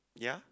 ya